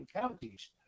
counties